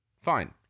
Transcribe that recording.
Fine